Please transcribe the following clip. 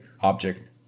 object